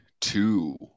two